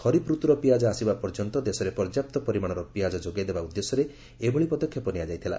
ଖରିଫ୍ ରତ୍ରର ପିଆଜ ଆସିବା ପର୍ଯ୍ୟନ୍ତ ଦେଶରେ ପର୍ଯ୍ୟାପ୍ତ ପରିମାଣର ପିଆଜ ଯୋଗାଇ ଦେବା ଉଦ୍ଦେଶ୍ୟରେ ଏଭଳି ପଦକ୍ଷେପ ନିଆଯାଇଥିଲା